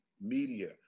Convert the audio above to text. Media